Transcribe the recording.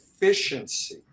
efficiency